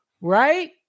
right